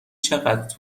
چقدر